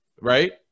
Right